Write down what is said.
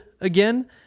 again